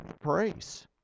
praise